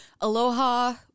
Aloha